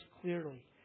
clearly